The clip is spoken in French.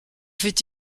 fait